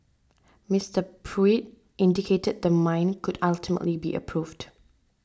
Mister Pruitt indicated the mine could ultimately be approved